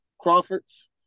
Crawfords